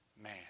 man